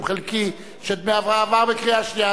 חלקי של דמי ההבראה עברה בקריאה שנייה.